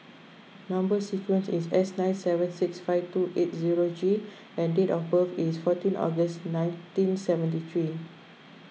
Number Sequence is S nine seven six five two eight zero G and date of birth is fourteen August nineteen seventy three